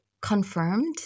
confirmed